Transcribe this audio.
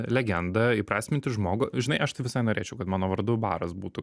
legendą įprasminti žmogų žinai aš tai visai norėčiau kad mano vardu baras būtų